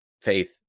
faith